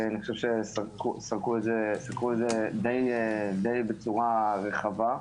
אני חושב שסקרו את זה די בצורה רחבה,